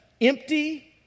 empty